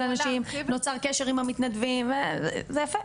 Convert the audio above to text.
נוצר קשר עם המתנדבים זה יפה,